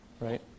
Right